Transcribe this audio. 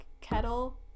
Kettle